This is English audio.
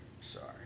Sorry